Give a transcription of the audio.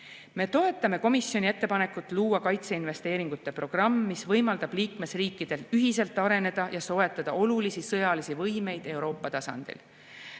Me toetame komisjoni ettepanekut luua kaitseinvesteeringute programm, mis võimaldab liikmesriikidel ühiselt arendada ja soetada olulisi sõjalisi võimeid Euroopa tasandil.